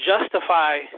justify